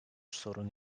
sorunu